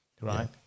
Right